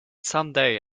someday